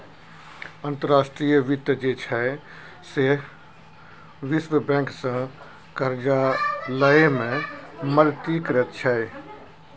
अंतर्राष्ट्रीय वित्त जे छै सैह विश्व बैंकसँ करजा लए मे मदति करैत छै